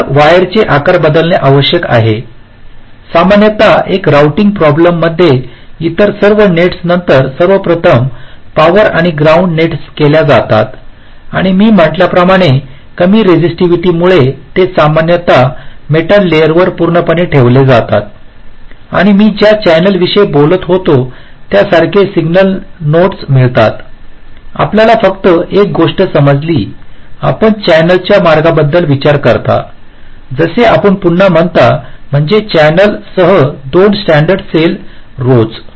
तर वायरचे आकार बदलणे आवश्यक आहे सामान्यत एका राउटिंग प्रॉब्लेम मध्ये इतर सर्व नेट्स नंतर सर्वप्रथम पॉवर आणि ग्राउंड नेट्स केल्या जातात आणि मी म्हटल्याप्रमाणे कमी रेसिसीटीवीटी मुळे ते सामान्यत मेटल लेअरवर पूर्णपणे ठेवले जातात आणि मी ज्या चॅनेलविषयी बोलत होतो त्यासारख्या सिग्नल नेट्स मिळतात आपल्याला फक्त एक गोष्ट समजली आपण चॅनेलच्या मार्गाबद्दल विचार करता जसे आपण पुन्हा म्हणता म्हणजे चॅनेलसह दोन स्टॅण्डर्ड सेल राउज